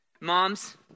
Moms